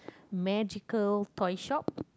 magical toy shop